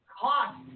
cost